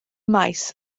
maes